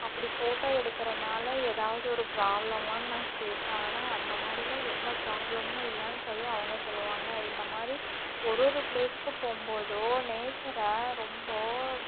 அப்படி ஃபோட்டோ எடுக்கிறனால எதாவது ஒரு ப்ராப்ளமானு நான் கேட்பேன் ஆனால் அந்தமாதிரிலாம் எந்த ப்ராப்ளமும் இல்லைனு சொல்லி அவங்க சொல்லுவாங்க இந்தமாதிரி ஒரு ஒரு பிளேஸ்க்கு போகும்போதோ நேச்சரை ரொம்ப